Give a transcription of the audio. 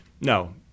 no